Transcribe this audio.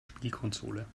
spielkonsole